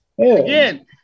Again